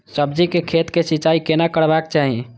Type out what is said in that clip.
सब्जी के खेतक सिंचाई कोना करबाक चाहि?